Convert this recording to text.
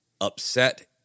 upset